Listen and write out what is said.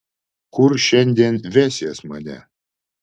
kur šiandien vesies mane